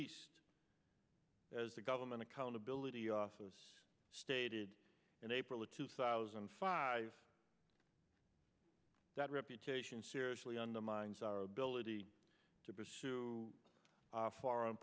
east as the government accountability office stated in april of two thousand and five that reputation seriously undermines our ability to pursue foreign